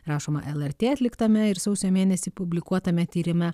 rašoma lrt atliktame ir sausio mėnesį publikuotame tyrime